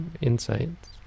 insights